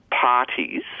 parties